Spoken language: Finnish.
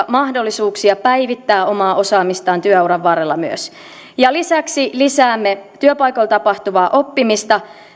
mahdollisuuksia päivittää omaa osaamistaan työuran varrella lisäksi lisäämme työpaikoilla tapahtuvaa oppimista